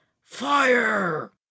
Fire